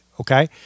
okay